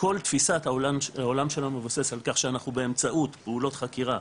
כל תפיסת העולם שלנו מבוססת על כך שאנחנו באמצעות פעולות חקירה,